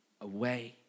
away